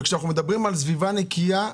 כשאנחנו מדברים על סביבה נקייה,